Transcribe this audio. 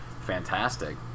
fantastic